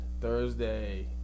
Thursday